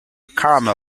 caramel